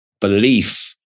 belief